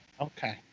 Okay